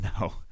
No